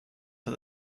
for